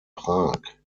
prag